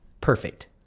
perfect